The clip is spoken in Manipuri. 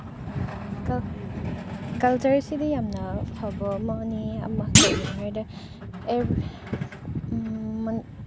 ꯀꯜꯆꯔꯁꯤꯗꯤ ꯌꯥꯝꯅ ꯐꯕ ꯑꯃꯅꯤ ꯑꯃ ꯀꯩꯒꯤꯅꯣ ꯍꯥꯏꯔꯗꯤ